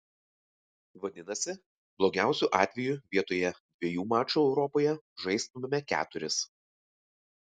vadinasi blogiausiu atveju vietoje dviejų mačų europoje žaistumėme keturis